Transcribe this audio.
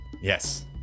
Yes